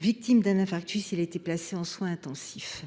Victime d’un infarctus, il a été placé en soins intensifs.